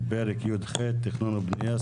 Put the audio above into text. פרק י"ח (תכנון ובנייה),